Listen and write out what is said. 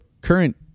current